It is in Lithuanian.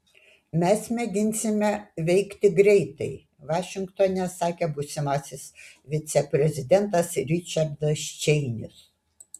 mes mėginsime veikti greitai vašingtone sakė būsimasis viceprezidentas ričardas čeinis